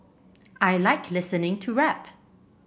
I like listening to rap